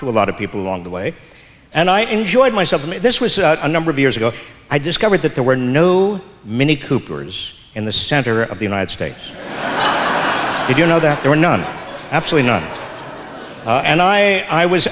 to a lot of people along the way and i enjoyed myself and this was a number of years ago i discovered that there were no mini coopers in the center of the united states you know that there are none absolutely not and i i was